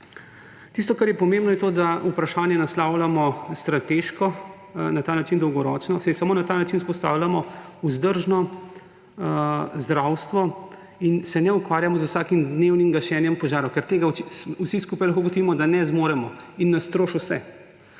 Tisto, kar je pomembno, je to, da vprašanje naslavljamo strateško, na ta način dolgoročno, saj samo na ta način vzpostavljamo vzdržno zdravstvo in se ne ukvarjamo z vsakim dnevnim gašenjem požarov. Ker lahko vsi skupaj ugotovimo, da tega ne zmoremo in nas troši vse.